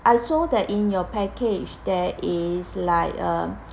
I saw that in your package there is like a